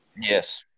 Yes